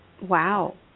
wow